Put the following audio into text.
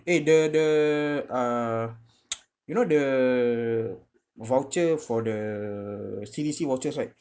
eh the the uh you know the voucher for the C_D_C vouchers right